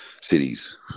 cities